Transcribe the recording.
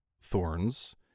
thorns